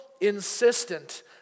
insistent